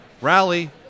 rally